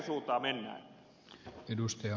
arvoisa puhemies